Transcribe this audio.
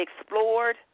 explored